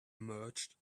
emerged